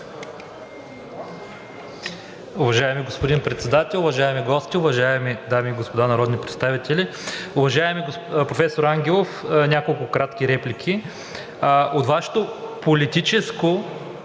Уважаеми господин Председател, уважаеми гости, уважаеми дами и господа народни представители! Уважаеми професор Ангелов, една реплика с няколко кратки въпроса. От Вашето политическо